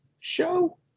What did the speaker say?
show